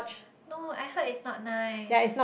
no I heard it's not nice